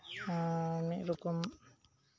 ᱟᱨ ᱢᱤᱫ ᱨᱚᱠᱚᱢ